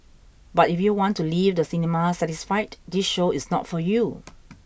but if you want to leave the cinema satisfied this show is not for you